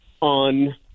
on